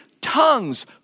Tongues